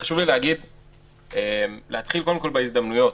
חשוב לי להתחיל קודם כול בהזדמנויות.